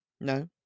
No